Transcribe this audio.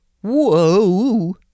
whoa